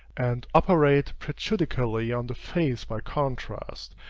and operate prejudicially on the face by contrast,